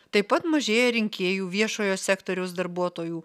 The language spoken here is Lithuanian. taip pat mažėja rinkėjų viešojo sektoriaus darbuotojų